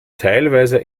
teilweise